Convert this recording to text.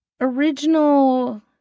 original